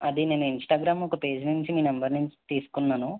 అది నేను ఇన్స్టాగ్రామ్ ఒక పేజ్ నుంచి మీ నెంబర్ నుంచి తీసుకున్నాను